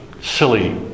silly